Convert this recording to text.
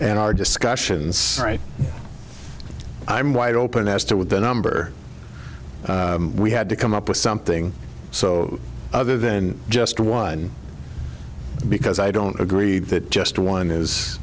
and our discussions right now i'm wide open as to what the number we had to come up with something so other than just one because i don't agree that just one is